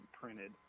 printed